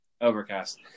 overcast